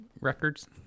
records